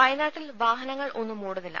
വയനാട്ടിൽ വാഹനങ്ങൾ ഒന്നും ഓടുന്നില്ല